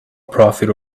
profit